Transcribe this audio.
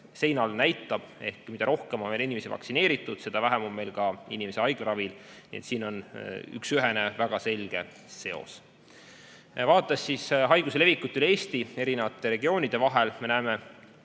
seinal näitab, mida rohkem on inimesi vaktsineeritud, seda vähem on meil inimesi haiglaravil. Nii et siin on üksühene väga selge seos. Vaadates haiguse levikut üle Eesti eri regioonides, me näeme,